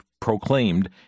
proclaimed